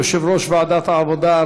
יושב-ראש ועדת העבודה,